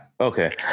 Okay